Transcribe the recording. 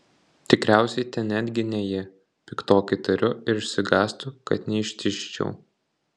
tikriausiai ten netgi ne ji piktokai tariu ir išsigąstu kad neištižčiau